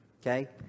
Okay